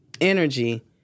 energy